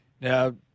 Now